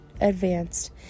advanced